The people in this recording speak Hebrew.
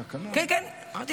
כן, כן, אמרתי.